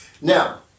Now